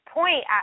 point